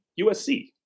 USC